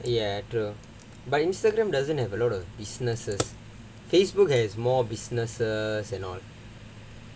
ya true but Instagram doesn't have a lot of businesses Facebook has more businesses and all